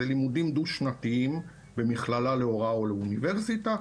אלה לימודים דו-שנתיים במכללה להוראה או באוניברסיטה,